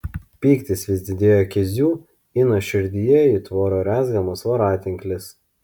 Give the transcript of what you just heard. pyktis vis didėjo kezių ino širdyje it voro rezgamas voratinklis